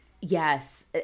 yes